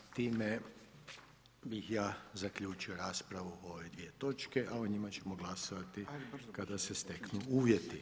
Time bih ja zaključio raspravu o ove dvije točke, a o njima ćemo glasovati kada se steknu uvjeti.